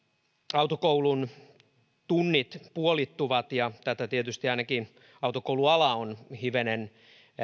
autokoulun tunnit puolittuvat ja tätä tietysti ainakin autokouluala on hivenen